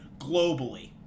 globally